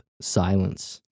silence